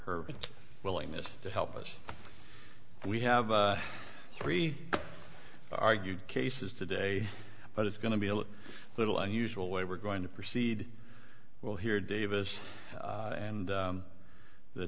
her willingness to help us we have three argued cases today but it's going to be a little unusual way we're going to proceed we'll hear davis and